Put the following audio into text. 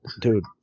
dude